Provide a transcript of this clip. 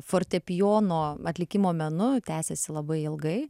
fortepijono atlikimo menu tęsėsi labai ilgai